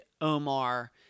Omar